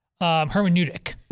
hermeneutic